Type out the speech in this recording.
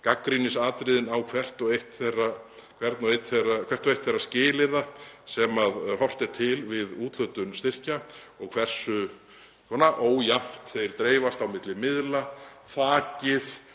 gagnrýni á hvert og eitt þeirra skilyrða sem horft er til við úthlutun styrkja og hversu ójafnt þeir dreifast á milli miðla, þakið